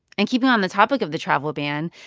and keeping on the topic of the travel ban,